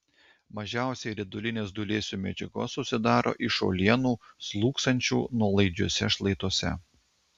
mažiausiai riedulinės dūlėsių medžiagos susidaro iš uolienų slūgsančių nuolaidžiuose šlaituose